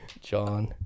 John